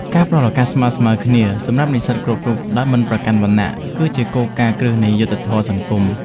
ការផ្តល់ឱកាសស្មើៗគ្នាសម្រាប់និស្សិតគ្រប់រូបដោយមិនប្រកាន់វណ្ណៈគឺជាគោលការណ៍គ្រឹះនៃយុត្តិធម៌សង្គម។